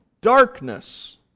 darkness